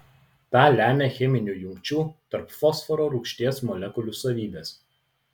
tą lemia cheminių jungčių tarp fosforo rūgšties molekulių savybės